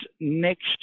next